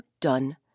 done